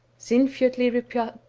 sinfjotli replied,